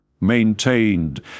maintained